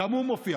וגם הוא מופיע,